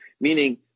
meaning